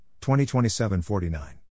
2027-49